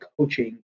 coaching